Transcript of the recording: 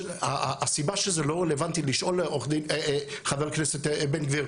הסיבה שזה לא רלוונטי לשאול חבר כנסת בן גביר,